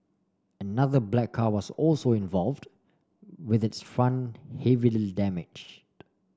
another black car was also involved with its front heavily damaged